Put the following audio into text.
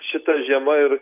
šita žiema ir